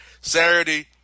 Saturday